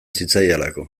zitzaidalako